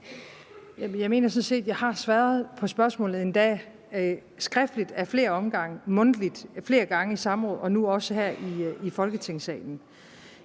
Jeg mener sådan set, at jeg har svaret på spørgsmålet – endda skriftligt ad flere omgange, mundtligt flere gange i samråd og nu også her i Folketingssalen.